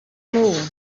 moon